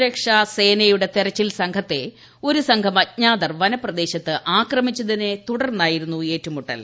സുരക്ഷാസേനയുടെ തെരച്ചിൽ സംഘത്തെ ഒരു സംഘം അജ്ഞാതർ വനപ്രദേശത്ത് ആക്രമിച്ചതിനെ തുടർന്നായിരുന്നു ഏറ്റുമുട്ടൽ